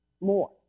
more